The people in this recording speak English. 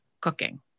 cooking